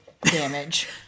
damage